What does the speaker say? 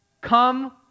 Come